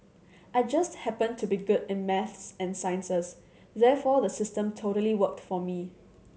I just happened to be good in maths and sciences therefore the system totally worked for me